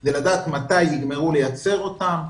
זה לדעת מתי יגמרו לייצר אותם,